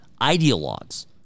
ideologues